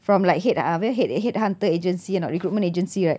from like head~ ah ah head~ headhunter agency eh no recruitment agency right